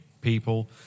people